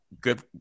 good